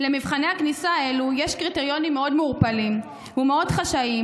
למבחני הכניסה האלה יש קריטריונים מאוד מעורפלים ומאוד חשאיים,